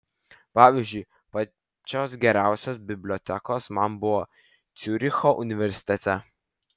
pavyzdžiui pačios geriausios bibliotekos man buvo ciuricho universitete